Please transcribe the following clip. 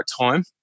time